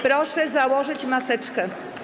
Proszę założyć maseczkę.